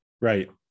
Right